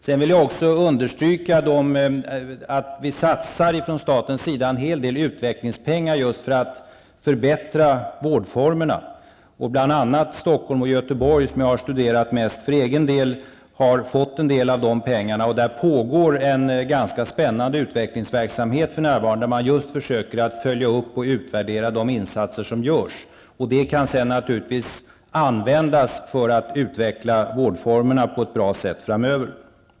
Jag vill också understryka att vi från statens sida satsar en hel del utvecklingspengar just för att förbättra vårdformerna. Bl.a. Stockholm och Göteborg, som jag har studerat mest för egen del, har fått en del av pengarna. Där pågår för närvarande en ganska spännande utvecklingsverksamhet där man just försöker att följa upp och utvärdera de insatser som görs. Resultaten kan sedan användas för att utveckla vårdformerna på ett bra sätt framöver.